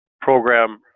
Program